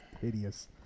hideous